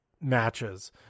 matches